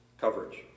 coverage